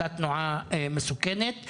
אותה תנועה מסוכנת,